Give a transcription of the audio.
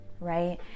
right